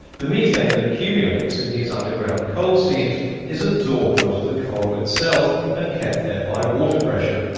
the methane that accumulates in these underground coal seams is absorbed onto the coal itself and kept there by water pressure.